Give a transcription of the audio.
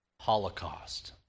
holocaust